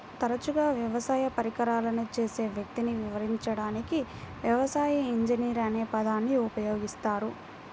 తరచుగా వ్యవసాయ పరికరాలను చేసే వ్యక్తిని వివరించడానికి వ్యవసాయ ఇంజనీర్ అనే పదాన్ని ఉపయోగిస్తారు